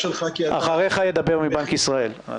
אחריך ידבר הנציג מבנק ישראל.